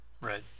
Right